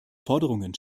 forderungen